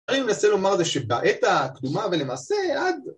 אני מנסה לומר זה שבעת הקדומה ולמעשה עד